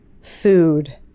food